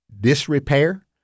disrepair